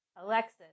Alexis